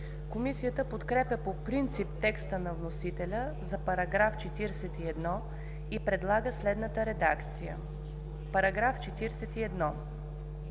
Комисията подкрепя по принцип текста на вносителя за § 41 и предлага следната редакция: „§ 41.